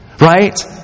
Right